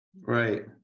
Right